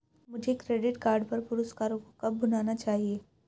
मुझे credit card पर पुरस्कारों को कब भुनाना चाहिए?